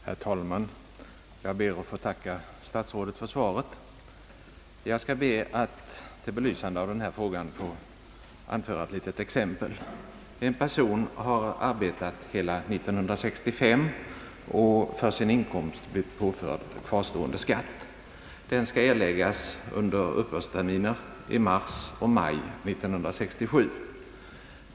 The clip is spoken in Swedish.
Herr talman! Jag ber att få tacka statsrådet och chefen för finansdepartementet för svaret på min fråga. Jag skall be att till belysande av denna fråga få anföra ett litet exempel. En person har arbetat under hela år 1965 och för sin inkomst blivit påförd kvarstående skatt. Denna skall erläggas under uppbördsterminer i mars och maj 1967.